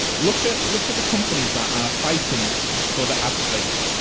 look at look at the companies that are fighting for the ad space.